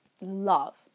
Love